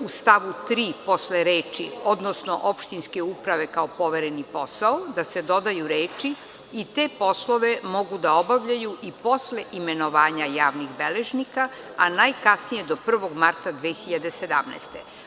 u stavu 3. posle reči: „odnosno opštinske uprave kao povereni posao“, da se dodaju reči: „i te poslove mogu da obavljaju i posle imenovanja javnih beležnika, a najkasnije do 1. marta 2017. godine“